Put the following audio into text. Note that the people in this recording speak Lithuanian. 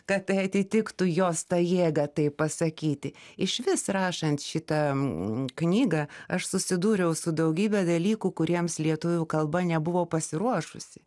kad tai atitiktų jos tą jėgą taip pasakyti išvis rašant šitą knygą aš susidūriau su daugybe dalykų kuriems lietuvių kalba nebuvo pasiruošusi